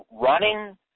running